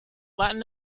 latin